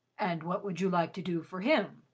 and what would you like to do for him?